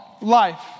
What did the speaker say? life